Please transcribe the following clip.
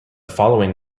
following